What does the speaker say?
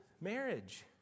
marriage